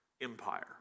empire